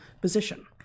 position